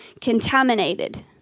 contaminated